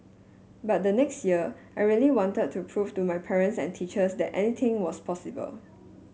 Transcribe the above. but the next year I really wanted to prove to my parents and teachers that anything was possible